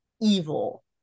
evil